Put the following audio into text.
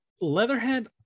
Leatherhead